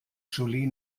juli